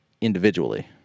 individually